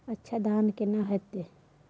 अच्छा धान केना हैय?